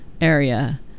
area